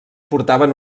portaven